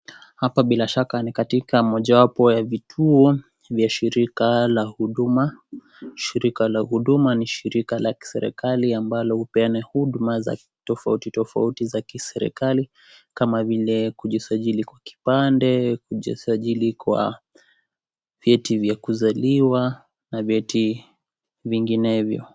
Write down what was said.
Hapa bilashaka ni katika mojawapo ya vituo vya shirika la huduma, shirika la huduma ni shirika la kiserikali ambalo hupeana huduma za kitofauti tofauti tofauti za kiserikali kama vile kujisajiri kwa kipande kujisajiri kwa vyeti vya kusaliwa na vyeti vinginevyo.